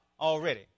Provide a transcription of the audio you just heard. already